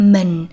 Mình